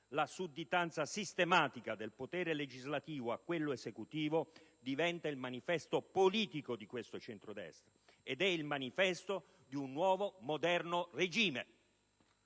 sudditanza del potere legislativo a quello esecutivo diventa il manifesto politico di questo centrodestra, ed è il manifesto di un nuovo moderno regime.